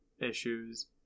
issues